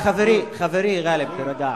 חבר הכנסת דב חנין.